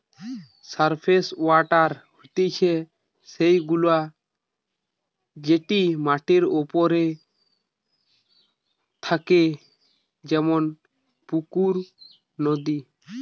surface water হতিছে সে গুলা যেটি মাটির ওপরে থাকে যেমন পুকুর, নদী